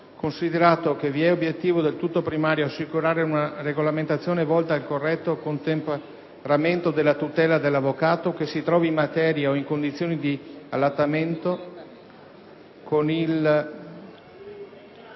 considerato che è obiettivo del tutto primario assicurare una regolamentazione volta al corretto contemperamento della tutela dell'avvocato, che si trovi in maternità o in condizioni di allattamento, con un